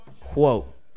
quote